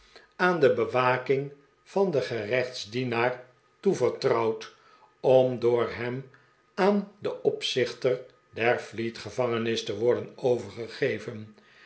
portret bewaking van den gerechtsdienaar toevertrouwd om door hem aan den opzichter der fleet gevangenis te worden overgegeven